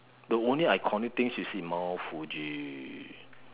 the only iconic thing you see is mount Fuji